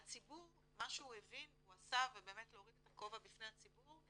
הציבור מה שהוא הבין ועשה ובאמת להוריד את הכובע בפני הציבור,